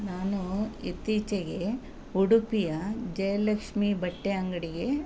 ನಾನು ಇತ್ತೀಚೆಗೆ ಉಡುಪಿಯ ಜಯಲಕ್ಷ್ಮಿ ಬಟ್ಟೆ ಅಂಗಡಿಗೆ